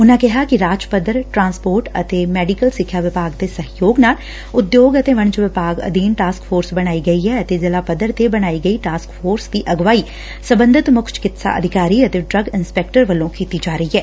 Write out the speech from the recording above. ਉਨਾ ਕਿਹਾ ਕਿ ਰਾਜ ਪੱਧਰ ਤੇ ਟਰਾਸਪੋਰਟ ਤੇ ਮੈਡੀਕਲ ਸਿੱਖਿਆ ਵਿਭਾਗ ਦੇ ਸਹਿਯੋਗ ਨਾਲ ਉਦਯੋਂਗ ਅਤੇ ਵਣਜ ਵਿਭਾਗ ਅਧੀਨ ਟਾਸਕ ਫੋਰਸ ਬਣਾਈ ਗਈ ਐ ਅਤੇ ਜ਼ਿਲਾ ਪੱਧਰ ਤੇ ਬਣਾਈ ਗਈ ਟਾਸਕ ਫੋਰਸ ਦੀ ਅਗਵਾਈ ਸਬੰਧਤ ਮੁੱਖ ਚਿਕਿਤਸਾ ਅਧਿਕਾਰੀ ਅਤੇ ਡਰਗ ਇੰਸਧੈਕਟਰ ਵੱਲੋਂ ਕੀਤੀ ਜਾ ਰਹੀ ਐ